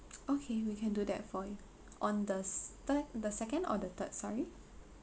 okay we can do that for you on the thir~ the second or the third sorry